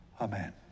Amen